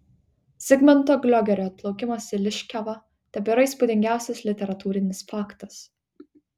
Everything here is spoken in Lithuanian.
zigmunto gliogerio atplaukimas į liškiavą tebėra įspūdingiausias literatūrinis faktas